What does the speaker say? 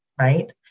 right